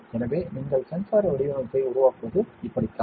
எனவே நீங்கள் சென்சார் வடிவமைப்பை உருவாக்குவது இப்படித்தான்